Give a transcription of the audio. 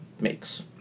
makes